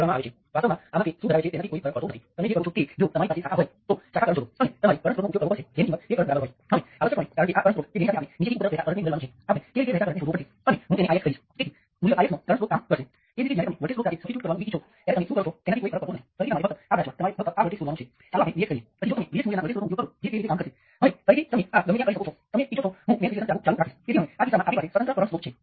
તેથી તમે આમાંથી જોઈ શકો છો કે તમારે વિવિધ રીતે પેરામિટર ડિફાઇન કરવા પડશે જેથી તમે મર્યાદિત વેલ્યું પેરામિટર સાથે તમામ સર્કિટનું વર્ણન કરી શકો